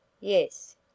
Yes